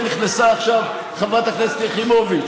כדי לעודד בנייה ולהוריד את מחירי הדיור,